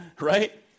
Right